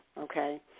okay